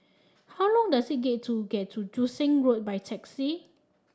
how long does it get to get to Joo Seng Road by taxi